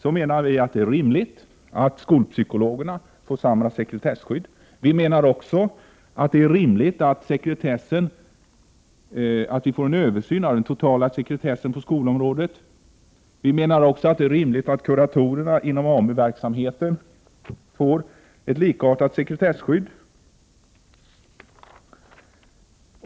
Vi menar att det är rimligt att uppgifter till skolpsykolog får samma sekretesskydd som inom elevhälsovården. Det är också rimligt att det sker en översyn av den totala sekretessen på skolområdet. Vi menar också att det är rimligt att uppgifterna som lämnas till kuratorer m.fl. inom AMU-verksamheten får ett likartat sekretesskydd.